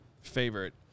favorite